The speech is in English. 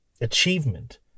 achievement